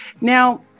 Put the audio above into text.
now